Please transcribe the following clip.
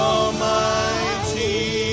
Almighty